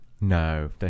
No